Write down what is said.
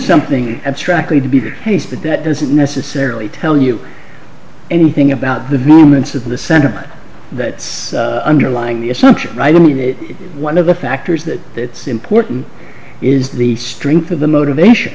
abstractly to be the case but that doesn't necessarily tell you anything about the moments of the sentiment that's underlying the assumption that one of the factors that it's important is the strength of the motivation